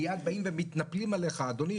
מיד באים ומתנפלים עליך: אדוני,